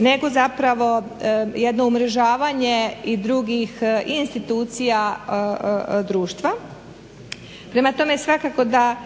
nego zapravo jedno umrežavanje i drugih institucija društva. Prema tome svakako da